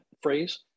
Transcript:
phrase